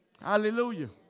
Hallelujah